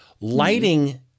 lighting